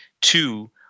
two